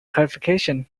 clarification